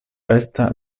estas